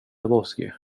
lebowski